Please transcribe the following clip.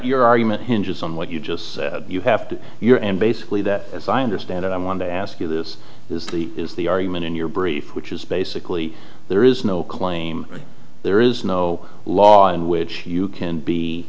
your argument hinges on what you just said you have to your and basically that as i understand it i want to ask you this is the is the argument in your brief which is basically there is no claim there is no law in which you can be